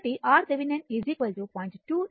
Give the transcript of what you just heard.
కాబట్టి RThevenin 0